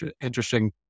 interesting